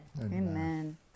Amen